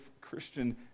Christian